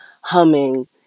humming